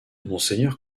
monseigneur